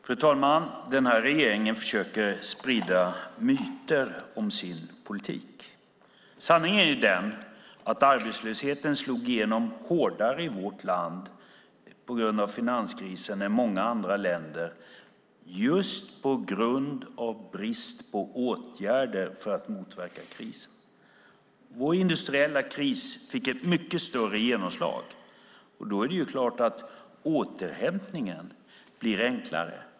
Fru talman! Denna regering försöker sprida myter om sin politik. Sanningen är att arbetslösheten slog igenom hårdare i vårt land på grund av finanskrisen än i många andra länder just på grund av brist på åtgärder för att motverka krisen. Vår industriella kris fick ett mycket större genomslag. Då är det klart att återhämtningen blir enklare.